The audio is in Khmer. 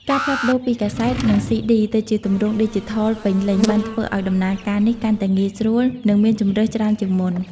ការផ្លាស់ប្តូរពីកាសែត និងស៊ីឌី ទៅជាទម្រង់ឌីជីថលពេញលេញ បានធ្វើឱ្យដំណើរការនេះកាន់តែងាយស្រួល និងមានជម្រើសច្រើនជាងមុន។